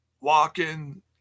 walking